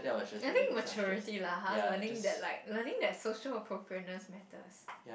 I think maturity lah [huh] learning that like learning that social appropriateness matters